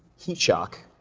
heat shock,